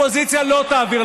לא,